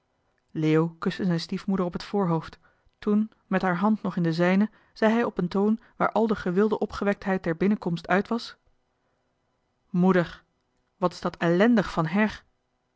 leo kuste zijn stiefmoeder op het voorhoofd toen met haar hand nog in de zijne zei hij op een toon waar al de gewilde opgewektheid der binnenkomst uit was moeder wat is dat ellèndig van her